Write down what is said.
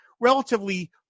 relatively